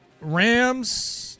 Rams